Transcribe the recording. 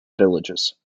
villages